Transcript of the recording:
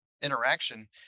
interaction